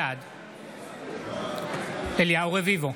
בעד אליהו רביבו,